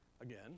Again